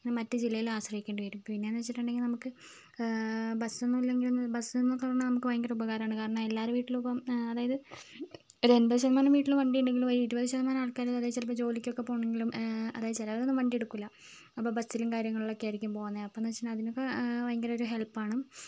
മറ്റ് ജില്ലയിൽ ആശ്രയിക്കേണ്ടി വരും പിന്നെയെന്ന് വെച്ചിട്ടുണ്ടെങ്കിൽ നമുക്ക് ബസ്സൊന്നും ഇല്ലെങ്കിലും ബസ് എന്നൊക്കെ പറഞ്ഞാൽ നമുക്ക് ഭയങ്കര ഉപകാരമാണ് കാരണം എല്ലാവരുടെ വീട്ടിലും ഇപ്പം അതായത് ഒരു എൺപത് ശതമാനം വീട്ടിലും വണ്ടി ഉണ്ടെങ്കിലും ഒരു ഇരുപത് ശതമാനം ആൾക്കാരും അതായത് ചിലപ്പോൾ ജോലിക്കൊക്കേ പോകണമെങ്കിലും അതായത് ചിലവരൊന്നും വണ്ടി എടുക്കില്ല അപ്പോൾ ബസ്സിലും കാര്യങ്ങളിലും ഒക്കേ ആയിരിക്കും പോകുന്നത് അപ്പോഴെന്ന് വെച്ചുകഴിഞ്ഞാൽ ഭയങ്കര ഒരു ഹെൽപ്പാണ്